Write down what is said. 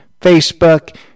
Facebook